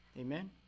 Amen